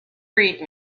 read